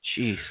Jeez